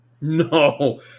No